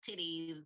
titties